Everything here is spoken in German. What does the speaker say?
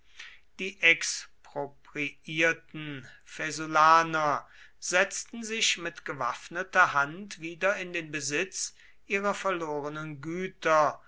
die expropriierten faesulaner setzten sich mit gewaffneter hand wieder in den besitz ihrer verlorenen güter